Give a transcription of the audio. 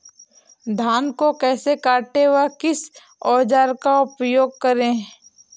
धान को कैसे काटे व किस औजार का उपयोग करें?